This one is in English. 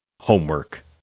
homework